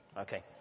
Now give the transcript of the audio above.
Okay